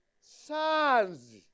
Sons